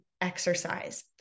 exercise